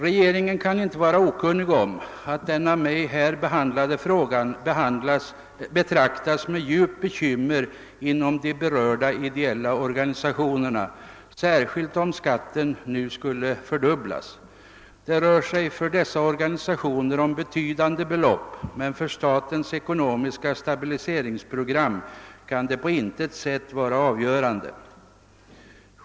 Regeringen kan inte vara okunnig om att den av mig här behandlade frågan betraktas med stort bekymmer inom de berörda ideella organisationerna, särskilt om skatten nu skulle fördubblas. Det rör sig för dessa organisationer om betydande belopp, men för statens ekonomiska stabiliseringsprogram kan dessa belopp på intet sätt vara avgörande.